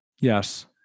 Yes